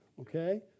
Okay